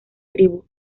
tribu